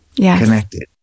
Connected